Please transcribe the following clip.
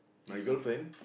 my girlfriend